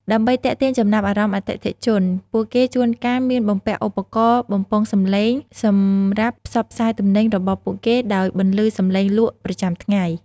ដើម្បីទាក់ទាញចំណាប់អារម្មណ៍អតិថិជន ពួកគេជួនកាលមានបំពាក់ឧបករណ៍បំពងសំឡេងសម្រាប់ផ្សព្វផ្សាយទំនិញរបស់ពួកគេ ដោយបន្លឺសំឡេងលក់ប្រចាំថ្ងៃ។